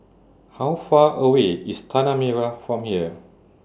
How Far away IS Tanah Merah from here